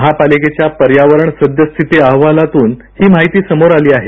महापालिकेच्या पर्यावरण सद्यस्थिती अहवालातून ही माहिती समोर आली आहे